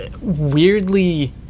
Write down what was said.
weirdly